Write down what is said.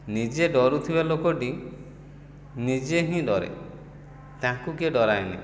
ନିଜେ ଡରୁଥିବା ଲୋକଟି ନିଜେ ହିଁ ଡରେ ତାଙ୍କୁ କିଏ ଡରାଏନି